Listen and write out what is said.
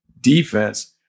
defense